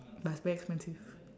but it's very expensive